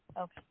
Okay